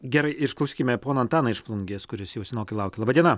gerai išklausykime poną antaną iš plungės kuris jau senokai laukia laba diena